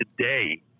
today